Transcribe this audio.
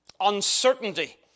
uncertainty